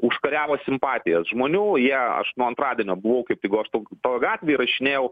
užkariavo simpatijas žmonių jie aš nuo antradienio buvo kaip tik goštauto gatvėj įrašinėjau